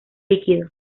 líquido